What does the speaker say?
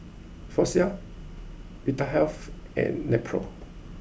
Floxia Vitahealth and Nepro